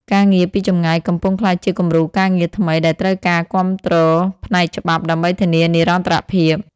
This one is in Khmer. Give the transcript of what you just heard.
ការងារពីចម្ងាយកំពុងក្លាយជាគំរូការងារថ្មីដែលត្រូវការការគាំទ្រផ្នែកច្បាប់ដើម្បីធានានិរន្តរភាព។